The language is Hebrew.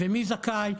ומי זכאי,